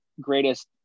greatest